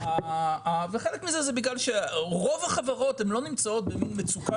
חלק מזה זה בגלל שרוב החברות לא נמצאות במצוקה